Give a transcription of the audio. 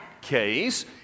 case